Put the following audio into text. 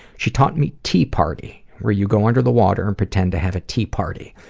she taught me tea party, where you go under the water and pretend to have a tea party.